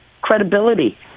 credibility